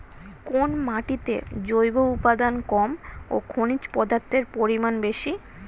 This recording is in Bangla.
কোন মাটিতে জৈব উপাদান কম ও খনিজ পদার্থের পরিমাণ বেশি?